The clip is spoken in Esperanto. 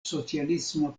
socialisma